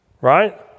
Right